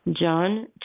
John